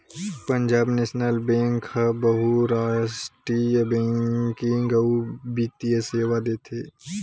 Punjab National Bank ह बहुरास्टीय banking अउ बित्तीय सेवा देथे